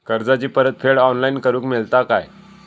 कर्जाची परत फेड ऑनलाइन करूक मेलता काय?